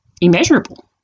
immeasurable